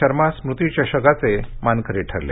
शर्मा स्मृतिचषकाचे मानकरी ठरले